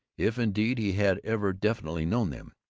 if indeed he had ever definitely known them,